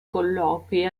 colloqui